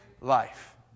life